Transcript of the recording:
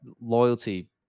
loyalty